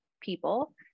people